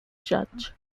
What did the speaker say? judge